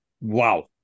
wow